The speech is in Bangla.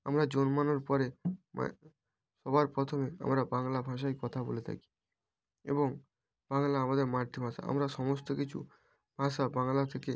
আমরা জন্মানোর পরে মা সবার প্রথমে আমরা বাংলা ভাষায় কথা বলে থাকি এবং বাংলা আমাদের মাতৃভাষা আমরা সমস্ত কিছু ভাষা বাংলা থেকে